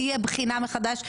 תהיה בחינה מחדש,